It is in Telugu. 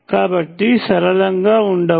కాబట్టి సరళంగా ఉండవు